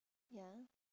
ya